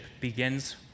begins